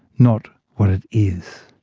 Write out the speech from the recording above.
not what it is.